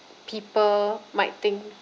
people might think